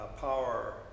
power